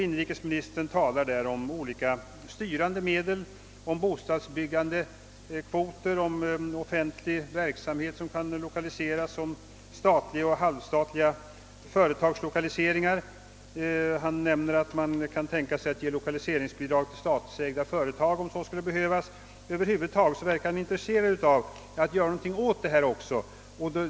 Inrikesministern talar om olika styrande medel, om bostadsbyggnadskvoter, om offentlig verksamhet som kan lokaliseras, om statliga och halvstatliga företagslokaliseringar. Han nämner att man kan tänka sig att ge lokaliseringsbidrag till statsägda företag om så skulle anses motiverat. Över huvud taget verkar han intresserad av att också göra någonting åt detta.